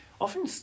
often